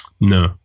No